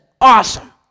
awesome